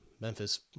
Memphis